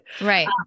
Right